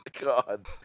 God